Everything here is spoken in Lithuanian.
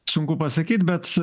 sunku pasakyt bet